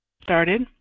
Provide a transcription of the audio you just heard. Started